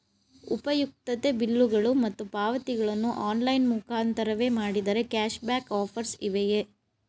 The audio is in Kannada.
ಉಪಯುಕ್ತತೆ ಬಿಲ್ಲುಗಳು ಮತ್ತು ಪಾವತಿಗಳನ್ನು ಆನ್ಲೈನ್ ಮುಖಾಂತರವೇ ಮಾಡಿದರೆ ಕ್ಯಾಶ್ ಬ್ಯಾಕ್ ಆಫರ್ಸ್ ಇವೆಯೇ?